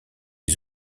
les